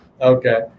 Okay